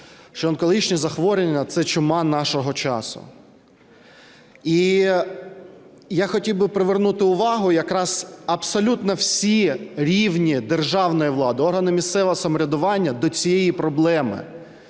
що онкологічні захворювання – це чума нашого часу. І я хотів би привернути увагу якраз абсолютно всіх рівнів державної влади, органів місцевого самоврядування до цієї проблеми.